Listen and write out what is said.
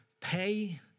pay